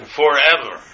forever